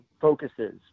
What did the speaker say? focuses